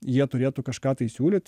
jie turėtų kažką tai siūlyt